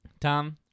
Tom